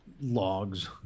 logs